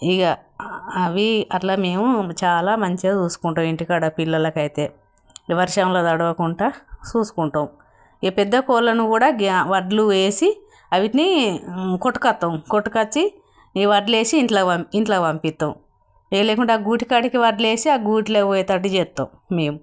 ఇక అవి అట్లా మేము చాలా మంచిగా చూసుకుంటాము ఇంటికాడ పిల్లలకి అయితే వర్షంలో తడవకుండాా చూసుకుంటాము ఇక పెద్ద కోళ్ళను కూడా ఆ వడ్లు వేసి వాటిని కొట్టుకొని వస్తాము కొట్టుకొచ్చి ఈ వడ్లేసి ఇంట్లో ఇంట్లో పంపిస్తాము ఏం లేకుండా ఆ గూటికాడికి వడ్లేసి ఆ గూట్లో పోయేటట్టు చేస్తాము మేము